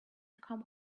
come